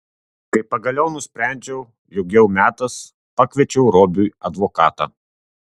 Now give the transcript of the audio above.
kai pagaliau nusprendžiau jog jau metas pakviečiau robiui advokatą